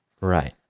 Right